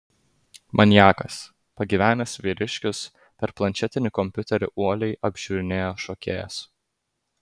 maniakas pagyvenęs vyriškis per planšetinį kompiuterį uoliai apžiūrinėjo šokėjas